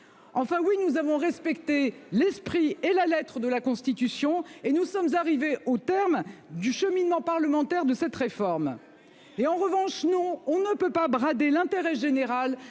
Enfin, oui, nous avons respecté l'esprit et la lettre de la Constitution et nous sommes arrivés au terme du cheminement parlementaire de cette réforme. En revanche, non, on ne peut pas brader l'intérêt général